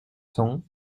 cents